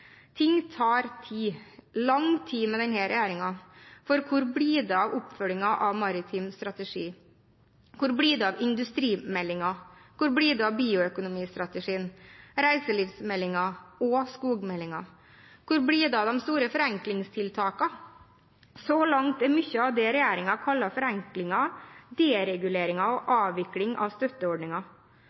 Ting tar tid – lang tid med denne regjeringen. For hvor blir det av oppfølgingen av maritim strategi? Hvor blir det av industrimeldingen? Hvor blir det av bioøkonomistrategien, reiselivsmeldingen og skogmeldingen? Hvor blir det av de store forenklingstiltakene? Så langt er mye av det regjeringen kaller forenklinger, dereguleringer og avvikling av